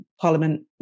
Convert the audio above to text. parliament